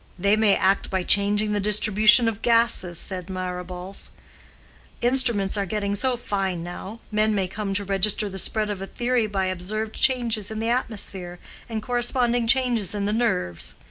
they may act by changing the distribution of gases, said marrables instruments are getting so fine now, men may come to register the spread of a theory by observed changes in the atmosphere and corresponding changes in the nerves.